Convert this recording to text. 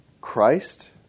Christ